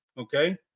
okay